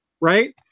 right